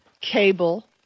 cable